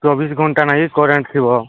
ଚବିଶ୍ ଘଣ୍ଟା ନାଇଁ କି କରେଣ୍ଟ୍ ଥିବ